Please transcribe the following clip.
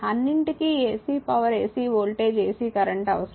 అన్నింటికి AC power AC voltage AC current అవసరం